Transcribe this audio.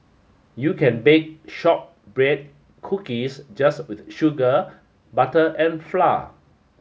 you can bake shortbread cookies just with sugar butter and flour